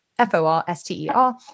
F-O-R-S-T-E-R